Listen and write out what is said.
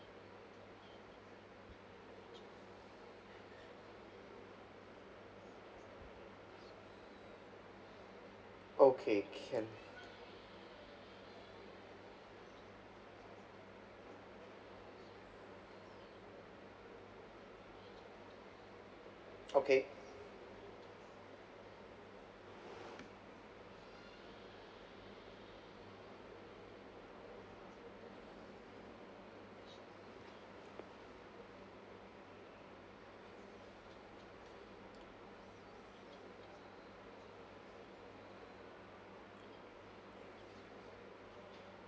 okay can okay